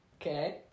Okay